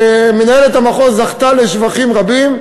ומנהלת המחוז זכתה לשבחים רבים,